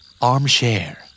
Armchair